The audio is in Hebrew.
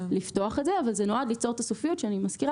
לפתוח את זה אבל זה נועד ליצור את הסופיות שאני מזכירה